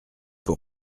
pour